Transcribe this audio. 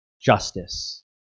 justice